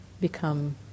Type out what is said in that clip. become